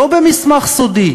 לא במסמך סודי,